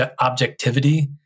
objectivity